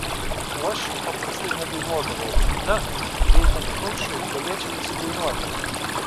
o aš jų paprastai nedainuodavau na veikiant punšui galėčiau ir sudainuoti